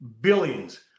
billions